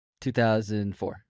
2004